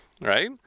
right